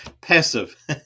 passive